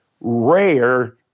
rare